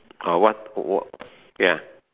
orh what wh~ ya